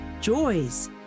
joys